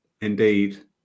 Indeed